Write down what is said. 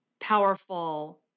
powerful